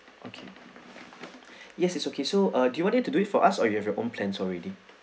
okay yes it's okay so uh do you want it to do it for us or you have your own plans already